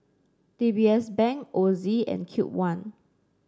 D B S Bank Ozi and Cube one